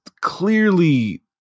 clearly